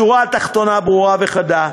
השורה התחתונה ברורה וחדה: